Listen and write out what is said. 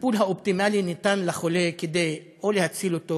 הטיפול האופטימלי ניתן לחולה כדי או להציל אותו